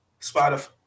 Spotify